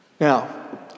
Now